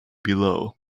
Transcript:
below